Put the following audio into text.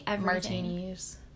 martinis